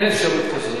אין אפשרות כזאת.